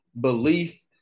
belief